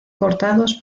cortados